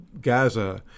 Gaza